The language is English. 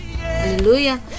hallelujah